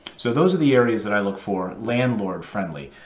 so those are the areas that i look for, landlord friendly.